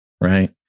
Right